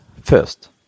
first